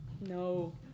No